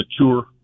mature